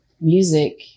music